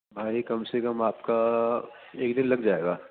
بھائی کم سے کم آپ کا ایک دن لگ جائے گا